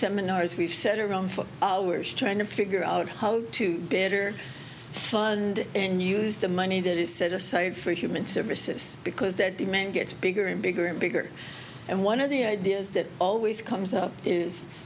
seminars we've sat around for hours trying to figure out how to better fund and use the money that is set aside for human services because that demand gets bigger and bigger and bigger and one of the ideas that always comes up is